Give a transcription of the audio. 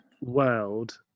world